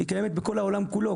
היא קיימת בכל העולם כולו.